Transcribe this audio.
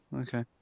Okay